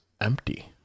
empty